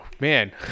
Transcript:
Man